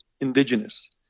indigenous